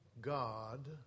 God